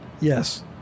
Yes